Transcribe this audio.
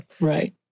Right